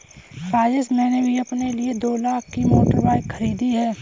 राजेश मैंने भी अपने लिए दो लाख की मोटर बाइक खरीदी है